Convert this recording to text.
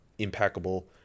Impeccable